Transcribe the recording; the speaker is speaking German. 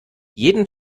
jeden